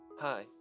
Hi